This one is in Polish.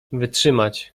wytrzymać